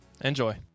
enjoy